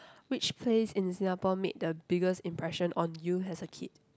which place in Singapore made the biggest impression on you as a kid